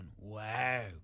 Wow